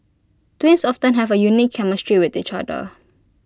twins often have A unique chemistry with each other